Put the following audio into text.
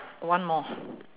one more